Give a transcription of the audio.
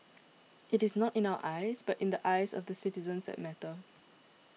it is not in our eyes but in the eyes of the citizens that matter